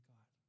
God